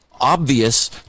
obvious